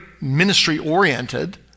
ministry-oriented